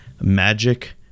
magic